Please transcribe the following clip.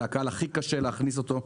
זה הקהל שהכי קשה להכניס אותו.